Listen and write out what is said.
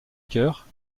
cœur